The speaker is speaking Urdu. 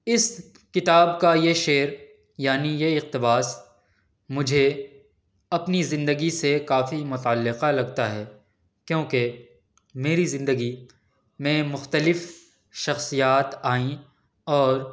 اس کتاب کا یہ شعر یعنی یہ اقتباس مجھے اپنی زندگی سے کافی متعلقہ لگتا ہے کیونکہ میری زندگی میں مختلف شخصیات آئیں اور